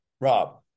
Rob